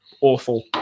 awful